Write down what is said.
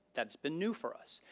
that's been new for us.